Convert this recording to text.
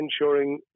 ensuring